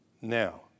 Now